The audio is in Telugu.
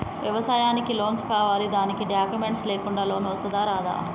వ్యవసాయానికి లోన్స్ కావాలి దానికి డాక్యుమెంట్స్ లేకుండా లోన్ వస్తుందా రాదా?